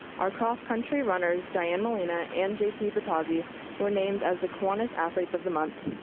our cross country runners, diane molina and jp batozzi were named as the kiwanis athletes of the month.